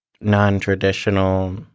non-traditional